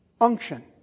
unction